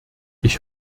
ich